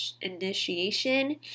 initiation